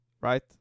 right